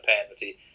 penalty